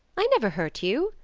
i never hurt you,